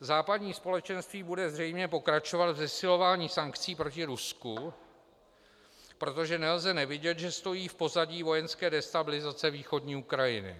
Západní společenství bude zřejmě pokračovat v zesilování sankcí proti Rusku, protože nelze nevidět, že stojí v pozadí vojenské destabilizace východní Ukrajiny.